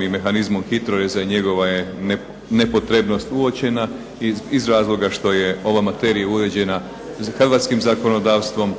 i mehanizmom HITROREZ-a i njegova je nepotrebnost uočena iz razloga što je ova materija uređena hrvatskim zakonodavstvom,